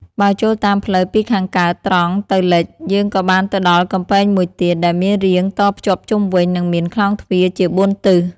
បើចូលតាមផ្លូវពីខាងកើតត្រង់ទៅលិចយើងក៏បានទៅដល់កំពែងមួយទៀត ដែលមានរាងតភ្ជាប់ជុំវិញ និងមានខ្លោងទ្វារជាបួនទិស ។